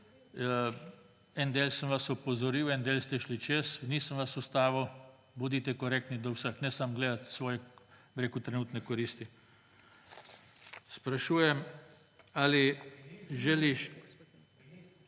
En del sem vas opozoril, en del ste šli čez – nisem vas ustavil. Bodite korektni do vseh, ne gledati samo svoje trenutne koristi. Sprašujem ali želi